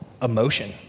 Emotion